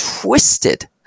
twisted